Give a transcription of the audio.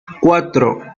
cuatro